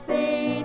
say